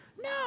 No